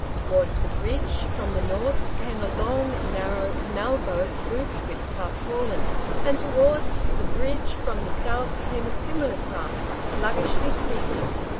towards the bridge, from the north came a long narrow canal-boat roofed with tarpaulins and towards the bridge, from the south came a similar craft, sluggishly creeping.